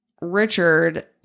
Richard